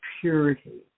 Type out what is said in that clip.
purity